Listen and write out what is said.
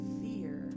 fear